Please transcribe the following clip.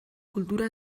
kultura